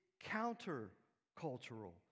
counter-cultural